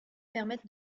permettent